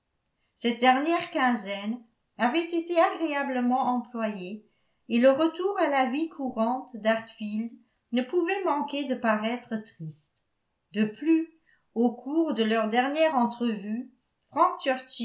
cette dernière quinzaine avait été agréablement employée et le retour à la vie courante d'harfield ne pouvait manquer de paraître triste de plus au cours de leur dernière entrevue frank